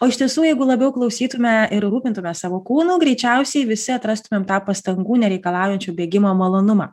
o iš tiesų jeigu labiau klausytume ir rūpintumės savo kūnu greičiausiai visi atrastumėm tą pastangų nereikalaujančio bėgimo malonumą